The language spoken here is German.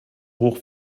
hoch